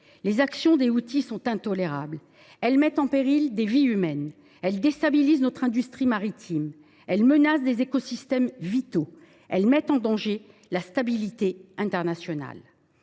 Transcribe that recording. les actions des Houthis sont intolérables : elles mettent en péril des vies humaines ; elles déstabilisent notre industrie maritime ; elles menacent des écosystèmes vitaux ; elles mettent en danger la stabilité internationale.